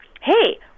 Hey